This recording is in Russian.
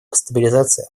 стабилизации